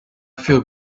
feel